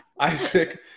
Isaac